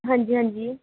ਹਾਂਜੀ ਹਾਂਜੀ